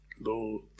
Lord